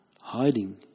hiding